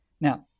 Now